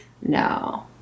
No